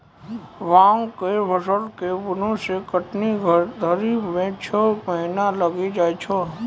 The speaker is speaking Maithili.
भाँग के फसल के बुनै से कटनी धरी मे छौ महीना लगी जाय छै